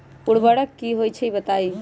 उर्वरक की होई छई बताई?